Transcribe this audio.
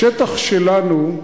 בשטח שלנו,